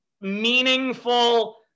meaningful